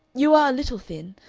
you are a little thin,